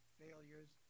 failures